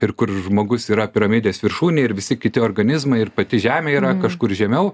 ir kur žmogus yra piramidės viršūnėje ir visi kiti organizmai ir pati žemė yra kažkur žemiau